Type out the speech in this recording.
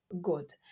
good